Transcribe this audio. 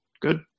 good